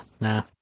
nah